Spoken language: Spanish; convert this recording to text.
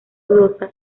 dudosa